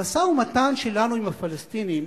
המשא-ומתן שלנו עם הפלסטינים,